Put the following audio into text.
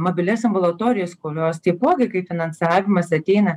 mobilias ambulatorijas kurios taipogi kai finansavimas ateina